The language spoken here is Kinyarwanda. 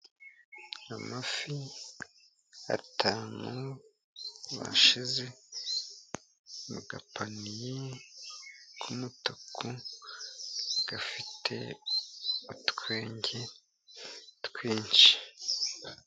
Amafi atanu bashyize mu gapaniye k'umutuku, gafite utwenge twinshi.